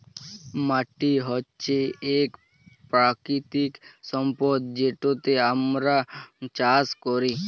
মাটি হছে ইক পাকিতিক সম্পদ যেটতে আমরা চাষ ক্যরি